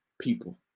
people